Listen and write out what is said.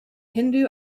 hindu